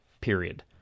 period